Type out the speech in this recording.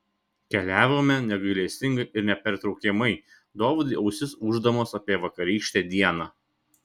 keliavome negailestingai ir nepertraukiamai dovydui ausis ūždamos apie vakarykštę dieną